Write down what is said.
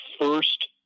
first